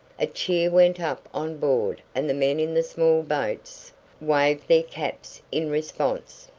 a cheer went up on board and the men in the small boats waved their caps in response.